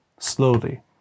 slowly